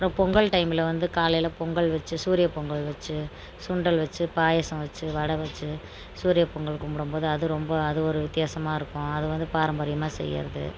அப்புறம் பொங்கல் டைமில் வந்து காலையில் பொங்கல் வச்சு சூரிய பொங்கல் வச்சி சுண்டல் வச்சு பாயசம் வச்சு வடை வச்சு சூரிய பொங்கல் கும்பிடம் போது அது ரொம்ப அது ஒரு வித்தியாசமாக இருக்கும் அது வந்து பாரம்பரியமாக செய்கிறது